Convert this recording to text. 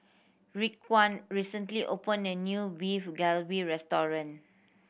Raekwon recently opened a new Beef Galbi Restaurant